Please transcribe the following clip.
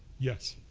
yes?